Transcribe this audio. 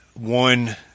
one